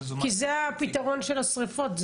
זה עולה לסדר היום שלנו ברמה יום יומית.